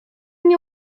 nie